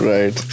Right